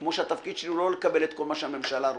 כמו שהתפקיד שלי הוא לא לקבל את כל מה שהממשלה רוצה.